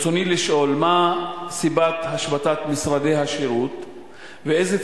ברצוני לשאול: מה היא הסיבה להשבתת משרדי השירות ואיזה